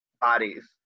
bodies